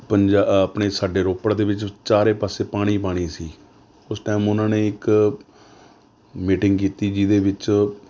ਪੰਜਾ ਅ ਆਪਣੇ ਸਾਡੇ ਰੋਪੜ ਦੇ ਵਿੱਚ ਚਾਰੇ ਪਾਸੇ ਪਾਣੀ ਪਾਣੀ ਸੀ ਉਸ ਟਾਈਮ ਉਹਨਾਂ ਨੇ ਇੱਕ ਮੀਟਿੰਗ ਕੀਤੀ ਜਿਹਦੇ ਵਿੱਚ